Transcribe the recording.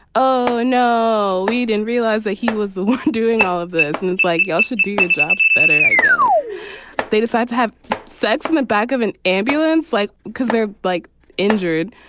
oh, no, we didn't realize that he was doing all of this. and it's like you also do your jobs better. i guess they decide to have sex in the back of an ambulance. like, cause they're like injured,